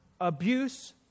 abuse